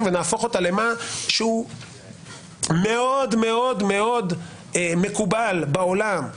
ונהפוך אותה למשהו שהוא מאוד מאוד מקובל בעולם,